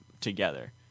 together